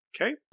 Okay